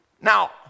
now